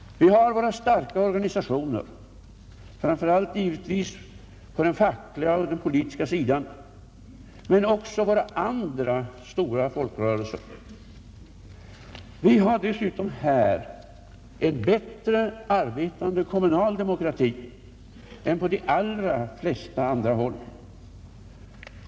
Vi har våra starka organisationer, framför allt givetvis på den fackliga och den politiska sidan, men också våra andra stora folkrörelser. Vi har dessutom här en bättre arbetande kommunal demokrati än på de flesta andra håll.